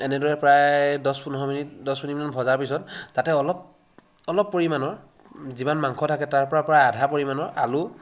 এনেদৰে প্ৰায় দহ পোন্ধৰ মিনিট দহ মিনিটমান ভজাৰ পিছত তাতে অলপ অলপ পৰিমাণৰ যিমান মাংস থাকে তাৰপৰা প্ৰায় আধা পৰিমাণৰ আলু